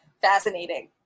fascinating